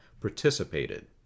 participated